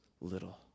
little